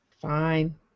Fine